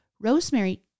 Rosemary